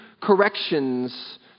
corrections